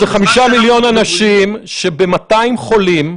זה 5 מיליון אנשים שב-200 חולים,